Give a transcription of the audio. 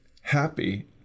happy